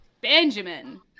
Benjamin